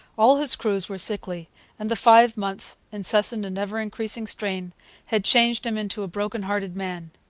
all his crews were sickly and the five months' incessant and ever-increasing strain had changed him into a broken-hearted man.